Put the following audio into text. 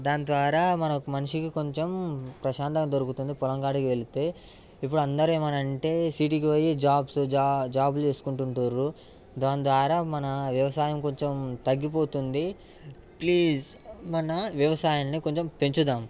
దాని ద్వారా మనకు మనిషికి కొంచెం ప్రశాంతత దొరుకుతుంది పొలం కాడికెళ్తే ఇప్పుడు అంరు ఏమనంటే సిటీకి పోయి జాబ్స్ జాబ్ చేసుకుంటున్నారు దాని ద్వారా మన వ్యవసాయం కొంచెం తగ్గిపోతుంది ప్లీజ్ మన వ్యవసాయాన్ని కొంచెం పెంచుదాం ఓకే